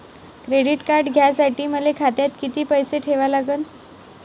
Credit card घ्यासाठी मले खात्यात किती पैसे ठेवा लागन?